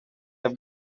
have